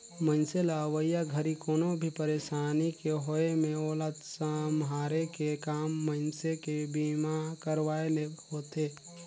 मइनसे ल अवइया घरी कोनो भी परसानी के होये मे ओला सम्हारे के काम मइनसे के बीमा करवाये ले होथे